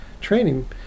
training